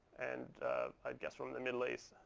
and i guess from the middle east.